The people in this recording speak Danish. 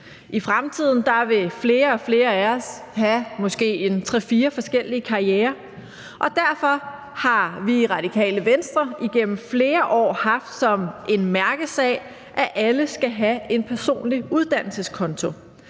I fremtiden vil flere og flere af os have måske 3-4 forskellige karrierer, og derfor har vi i Radikale Venstre igennem flere år haft som en mærkesag, at alle skal have en personlig uddannelseskonto.